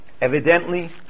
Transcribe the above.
Evidently